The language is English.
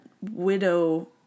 widow